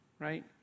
right